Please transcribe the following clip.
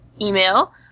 email